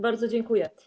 Bardzo dziękuję.